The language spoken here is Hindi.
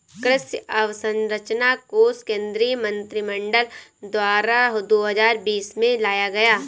कृषि अंवसरचना कोश केंद्रीय मंत्रिमंडल द्वारा दो हजार बीस में लाया गया